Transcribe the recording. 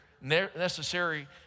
necessary